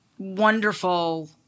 wonderful